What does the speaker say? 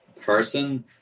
person